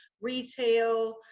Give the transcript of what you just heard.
retail